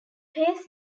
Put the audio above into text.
pace